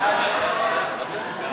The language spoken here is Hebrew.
ההצעה להעביר את הצעת חוק הרשות הממשלתית